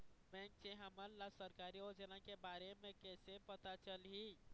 Bank से हमन ला सरकारी योजना के बारे मे कैसे पता चलही?